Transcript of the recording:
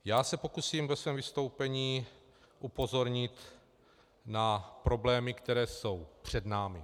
Já se pokusím ve svém vystoupení upozornit na problémy, které jsou před námi.